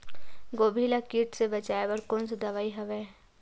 गोभी ल कीट ले बचाय बर कोन सा दवाई हवे?